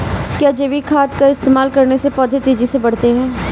क्या जैविक खाद का इस्तेमाल करने से पौधे तेजी से बढ़ते हैं?